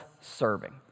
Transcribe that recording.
serving